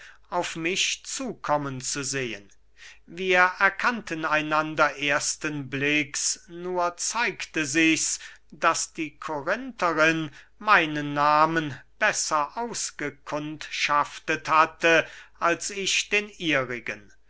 auf mich zukommen zu sehen wir erkannten einander ersten blicks nur zeigte sichs daß die korintherin meinen nahmen besser ausgekundschaftet hatte als ich den ihrigen